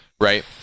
Right